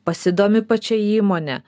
pasidomi pačia įmone